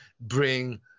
bring